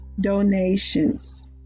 donations